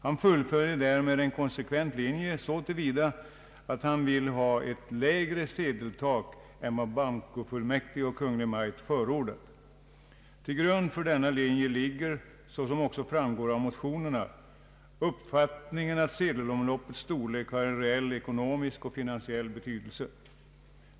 Han fullföljer därmed en konsekvent linje så till vida att han vill ha ett lägre sedeltak än vad bankofullmäktige och Kungl. Maj:t förordat. Till grund för denna linje ligger — såsom också framgår av motionerna — uppfattningen att sedelomloppets storlek har en reell ekonomisk och finansiell betydelse.